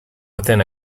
within